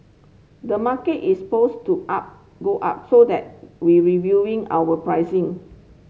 the market is poised to up go up so that we reviewing our pricing